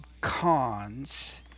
Cons